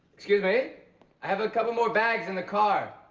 excuse me? i have a couple more bags in the car.